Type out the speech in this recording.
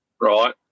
right